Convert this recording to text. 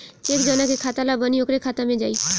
check जौना के खाता ला बनी ओकरे खाता मे जाई